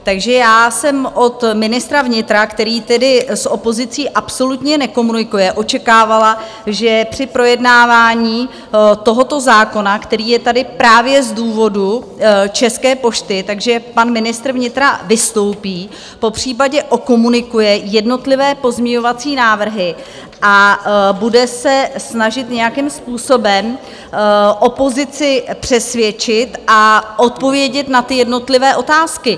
Takže já jsem od ministra vnitra, který tedy s opozicí absolutně nekomunikuje, očekávala, že při projednávání tohoto zákona, který je tady právě z důvodu České pošty, tak že pan ministr vnitra vystoupí, popřípadě okomunikuje jednotlivé pozměňovací návrhy a bude se snažit nějakým způsobem opozici přesvědčit a odpovědět na ty jednotlivé otázky.